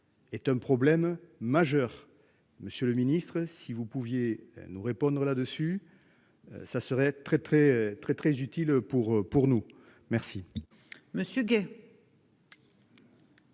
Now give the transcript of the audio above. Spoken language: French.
est un problème majeur. Monsieur le ministre si vous pouviez nous répondre là-dessus. Ça serait très très très très